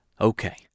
okay